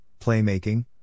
playmaking